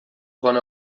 joan